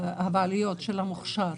הבעלויות של המוכשר.